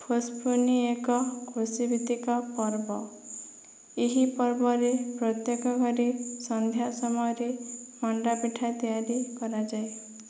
ପୁଷ ପୁନେଇଁ ଏକ କୃଷିଭିତ୍ତିକ ପର୍ବ ଏହି ପର୍ବରେ ପ୍ରତ୍ୟେକ ଘରେ ସନ୍ଧ୍ୟା ସମୟରେ ମଣ୍ଡାପିଠା ତିଆରି କରାଯାଏ